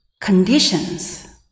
conditions